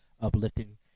uplifting